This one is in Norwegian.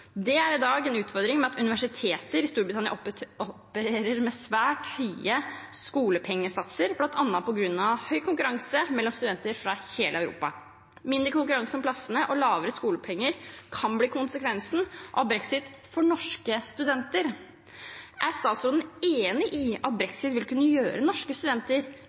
Det er i dag en utfordring at universiteter i Storbritannia opererer med svært høye skolepengesatser, bl.a. på grunn av høy konkurranse mellom studenter fra hele Europa. Mindre konkurranse om plassene og lavere skolepengesatser kan bli konsekvensen av brexit for norske studenter. Er statsråden enig i at brexit vil kunne gjøre norske studenter